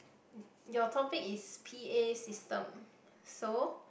your topic is P_A system so